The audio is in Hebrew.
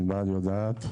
וענבל יודעת,